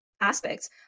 aspects